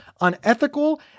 unethical